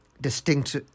distinct